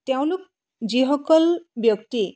তেওঁলোক যিসকল ব্যক্তি